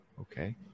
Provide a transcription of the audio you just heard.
Okay